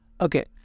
okay